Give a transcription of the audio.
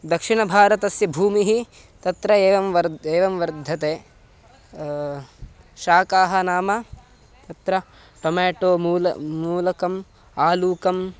दक्षिणभारतस्य भूमिः तत्र एवं वर् एवं वर्धते शाकाः नाम तत्र टोमेटो मूल मूलकम् आलूकं